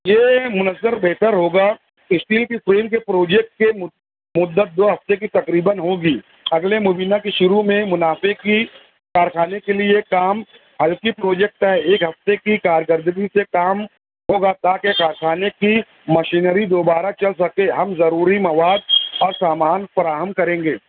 یہ منظر بہتر ہوگا اسٹیل کی سیل کے پروجیکٹ کے مدت دو ہفتے کی تقریباً ہوگی اگلے مہینہ کے شروع میں منافعے کی کارخانے کے لیے کام ہلکی پروجیکٹ ہے ایک ہفتے کی کارکردگی سے کام ہوگا تاکہ کارخانے کی مشینری دوبارہ چل سکے ہم ضروری مواد اور سامان فراہم کریں گے